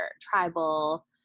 tribal